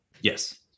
Yes